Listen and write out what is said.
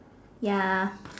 ya